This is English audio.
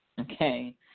okay